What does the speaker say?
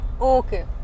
Okay